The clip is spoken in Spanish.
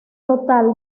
total